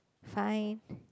fine